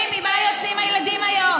עם מה יוצאים הילדים היום?